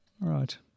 right